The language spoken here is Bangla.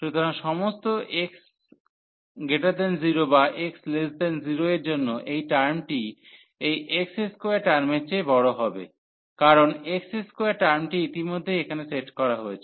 সুতরাং সমস্ত x 0 বা x 0 এর জন্য এই টার্মটি এই x2 টার্মের চেয়ে বড় হবে কারণ x2 টার্মটি ইতিমধ্যেই এখানে সেট করা হয়েছে